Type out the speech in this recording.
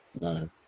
No